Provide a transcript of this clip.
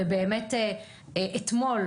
אתמול,